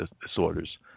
disorders